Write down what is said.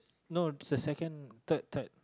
no this the second third third